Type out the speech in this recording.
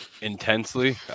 intensely